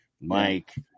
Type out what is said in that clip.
Mike